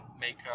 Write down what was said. make